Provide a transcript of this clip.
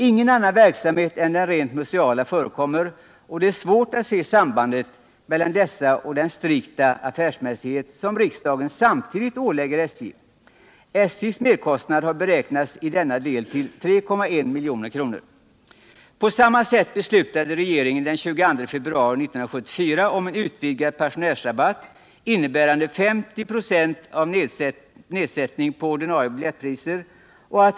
Ingen annan verksamhet än den rent museala förekommer, och det är svårt att se sambandet mellan dessa kostnader och den strikta affärsmässighet som riksdagen samtidigt ålägger SJ. SJ:s merkostnad har beräknats i denna del till 3,1 milj.kr. På samma sätt beslutade regeringen den 22 februari 1974 om en utvidgad pensionärsrabatt, innebärande 50 96 nedsättning på ordinarie biljettpriser.